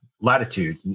latitude